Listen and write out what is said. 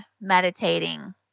meditating